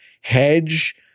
hedge